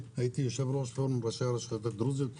והייתי יושב-ראש פורום ראשי הרשויות הדרוזיות והצ'רקסיות.